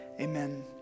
Amen